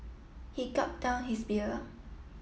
he gulped down his beer